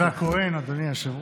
זה כהן והכהן, אדוני היושב-ראש.